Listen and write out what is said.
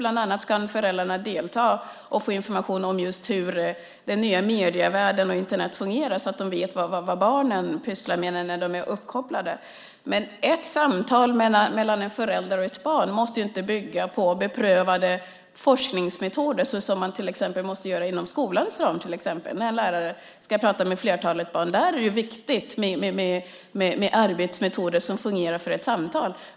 Bland annat kan föräldrarna delta och få information om just hur den nya medievärlden och Internet fungerar så att de vet vad barnen pysslar med när de är uppkopplade. Men ett samtal mellan en förälder och ett barn måste inte bygga på beprövade forskningsmetoder som det till exempel måste göra inom skolans ram när en lärare ska prata med flertalet barn. Där är det viktigt med arbetsmetoder som fungerar för ett samtal.